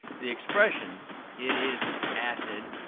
the expression it is acid,